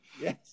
Yes